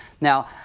Now